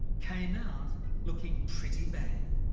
came out looking pretty bad.